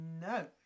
No